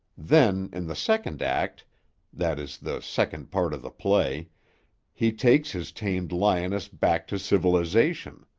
then, in the second act that is the second part of the play he takes his tamed lioness back to civilization.